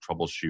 troubleshoot